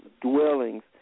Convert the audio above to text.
dwellings